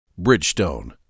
Bridgestone